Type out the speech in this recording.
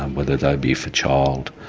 whether they be for child,